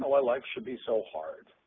know why life should be so hard.